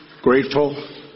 grateful